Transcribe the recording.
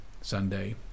Sunday